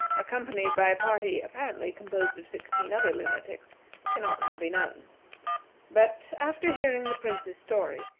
accompanied by a party apparently composed of sixteen other lunatics, cannot now be known but, after hearing the prince's story,